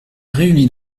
réunit